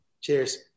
Cheers